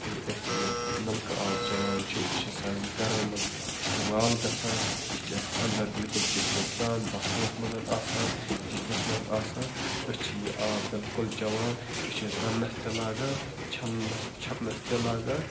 ییٚلہِ أسۍ یہِ نَلکہٕ آب چٮ۪وان چھِ یہِ چھِ سانٮ۪ن گَرَن منٛز اِستعمال گژھان یہِ چھِ اَسہِ اَنٛدر بِلکُل کِچنَس تام باتھ روٗمَس منٛز آسان کِچنَس منٛز آسان أسۍ چھِ یہِ آب بِلکُل چٮ۪وان یہِ چھِ أسۍ رَنٛنَس تہِ لاگان چھَلنَس چھۄکنَس تہِ لاگان